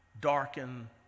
darken